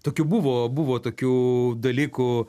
tokių buvo buvo tokių dalykų